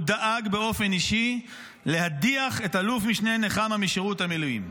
הוא דאג באופן אישי להדיח את אלוף משנה נחמה משירות המילואים.